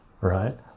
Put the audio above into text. right